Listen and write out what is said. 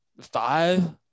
five